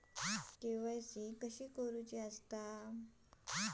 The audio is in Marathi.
के.वाय.सी कशी करायची?